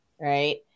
right